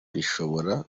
rishobora